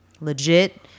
legit